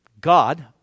God